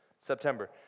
September